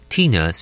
Tina